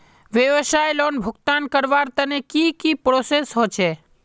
व्यवसाय लोन भुगतान करवार तने की की प्रोसेस होचे?